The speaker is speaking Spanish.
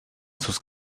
sus